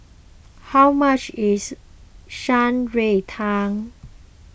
how much is Shan Rui Tang